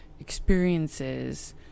experiences